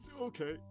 Okay